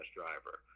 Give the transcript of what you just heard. driver